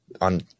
on